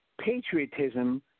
patriotism